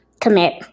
commit